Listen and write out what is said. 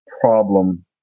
problem